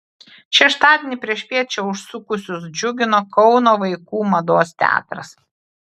šeštadienį priešpiet čia užsukusius džiugino kauno vaikų mados teatras